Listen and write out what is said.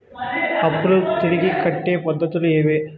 అప్పులు తిరిగి కట్టే పద్ధతులు ఏవేవి